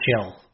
chill